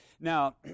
Now